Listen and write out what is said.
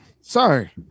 Sorry